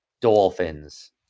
Dolphins